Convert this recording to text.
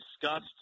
discussed